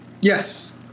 Yes